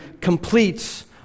completes